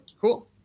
cool